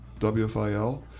WFIL